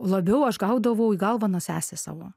labiau aš gaudavau į galvą nuo sesės savo